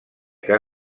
que